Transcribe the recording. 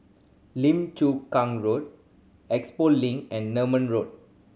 Lim Chu Kang Road Expo Link and Nerman Road